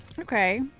okay.